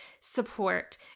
support